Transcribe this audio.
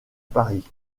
paris